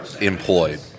employed